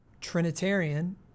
Trinitarian